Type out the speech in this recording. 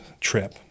trip